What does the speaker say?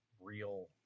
real